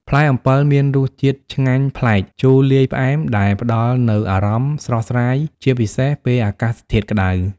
ផ្លែអំពិលមានរសជាតិឆ្ងាញ់ប្លែក ជូរលាយផ្អែម ដែលផ្តល់នូវអារម្មណ៍ស្រស់ស្រាយជាពិសេសពេលអាកាសធាតុក្តៅ។